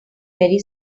very